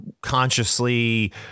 consciously